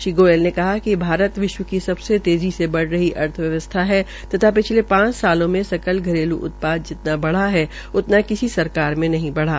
श्री गोयल ने कहा कि भारत विश्व को सबसे तेज़ी से बढ़ रही अर्थव्यवस्था है तथा पिछले पांच सालों में सकल घरेलू उत्पाद जितना बढ़ा है उतना किसी सरकार मे नहीं बढ़ा